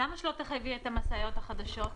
למה שלא תחייבי את המשאיות החדשות?